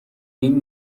این